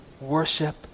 Worship